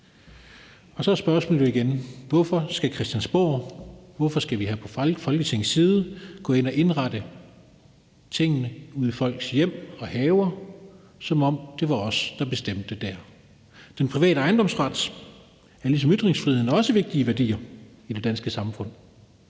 Så spørgsmålet er igen: Hvorfor skal Christiansborg, altså hvorfor skal vi her fra Folketingets side gå ind og indrette tingene ude i folks hjem og haver, som om det var os, der bestemte dér? Den private ejendomsret er ligesom ytringsfriheden også en vigtig værdi i det danske samfund.